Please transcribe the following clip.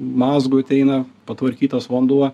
mazgu ateina patvarkytas vanduo